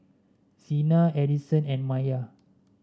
Xena Edison and Maiya